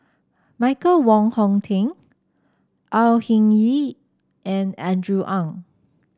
Michael Wong Hong Teng Au Hing Yee and Andrew Ang